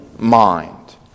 Mind